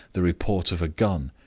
the report of a gun.